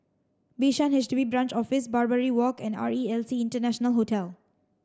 Bishan H D B Branch Office Barbary Walk and R E L C International Hotel